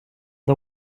the